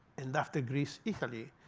and after greece, italy.